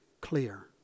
clear